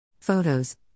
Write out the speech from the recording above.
Photos